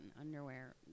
underwear